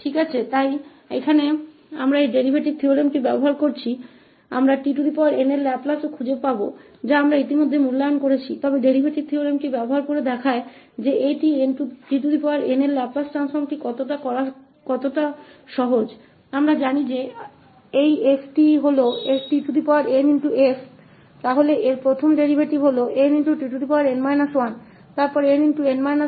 ठीक है तो यहाँ हम इस डेरीवेटिव प्रमेय का उपयोग कर रहे हैं हमका लैपलेस भी पाएंगे tn जिसका हमने पहले ही मूल्यांकन किया है लेकिन यह इस डेरीवेटिव प्रमेय का उपयोग करके प्रदर्शित करता है कि इस tn लाप्लास परिवर्तन को प्राप्त करना कितना आसान है हम जानते हैं कि यदि हमारे पास यह 𝑓𝑡 tn है तो इसका पहला डेरीवेटिव ntn 1 फिर ntn 2 इत्यादि है